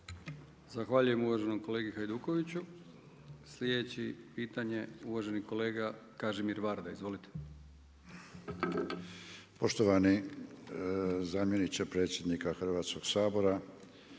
Zahvaljujem uvaženom kolegi Hajdukoviću. Sljedeće pitanje uvaženi kolega Kažimir Varda. Izvolite. **Varda, Kažimir (SMSH)** Poštovani zamjeniče predsjednika Hrvatskoga sabora,